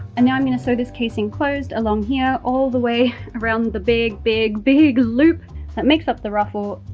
and now i'm going to sew this casing closed along here all the way around the big, big, big loop that makes up the ruffle,